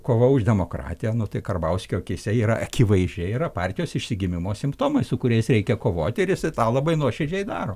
kova už demokratiją tai karbauskio akyse yra akivaizdžiai yra partijos išsigimimo simptomai su kuriais reikia kovoti ir jisai tą labai nuoširdžiai daro